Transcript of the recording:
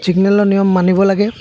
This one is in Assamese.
ছিগনেলৰ নিয়ম মানিব লাগে